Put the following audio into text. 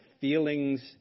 feelings